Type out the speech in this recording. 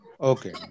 Okay